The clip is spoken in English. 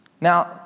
Now